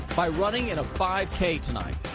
by running in a five k tonight.